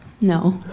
No